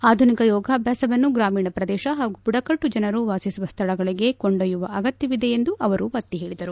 ಆಧುನಿಕ ಯೋಗಾಭ್ಯಾಸವನ್ನು ಗ್ರಾಮೀಣ ಪ್ರದೇಶ ಹಾಗೂ ಬುಡಕಟ್ಟು ಜನರು ವಾಸಿಸುವ ಸ್ಲಳಗಳಿಗೆ ಕೊಂಡೊಯ್ತುವ ಅಗತ್ತವಿದೆ ಎಂದು ಅವರು ಒತ್ತಿ ಹೇಳಿದರು